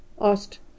asked